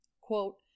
Quote